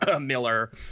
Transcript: Miller